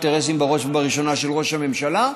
אינטרסים בראש ובראשונה של ראש הממשלה,